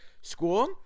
school